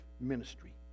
ministry